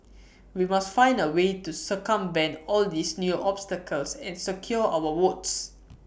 we must find A way to circumvent all these new obstacles and secure our votes